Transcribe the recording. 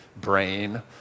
brain